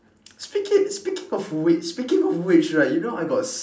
speaking speaking of which speaking of which right you know I got